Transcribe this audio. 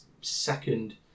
second